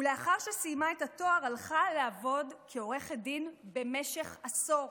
לאחר שסיימה את התואר הלכה לעבוד כעורכת דין במשך עשור.